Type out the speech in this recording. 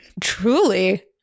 Truly